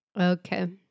Okay